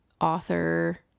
author